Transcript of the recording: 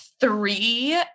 three